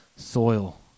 soil